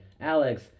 Alex